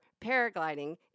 paragliding